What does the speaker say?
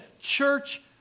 church